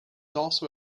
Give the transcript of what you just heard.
also